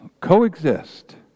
coexist